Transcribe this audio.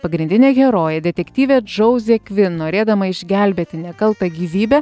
pagrindinė herojė detektyvė džauzė kvin norėdama išgelbėti nekaltą gyvybę